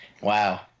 wow